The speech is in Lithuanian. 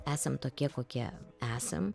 esam tokie kokie esam